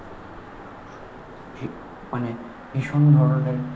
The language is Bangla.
মানে ভীষণ ধরনের